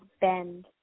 Bend